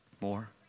more